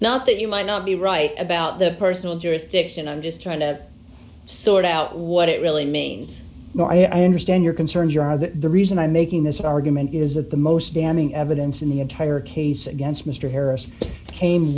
not that you might not be right about the personal jurisdiction i'm just trying to sort out what it really means more i understand your concerns you are the reason i'm making this argument is that the most damning evidence in the entire case against mr harrison came